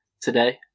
today